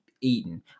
eaten